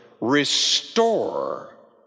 restore